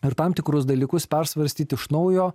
ir tam tikrus dalykus persvarstyti iš naujo